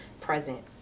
present